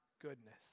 goodness